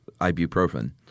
ibuprofen